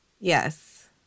Yes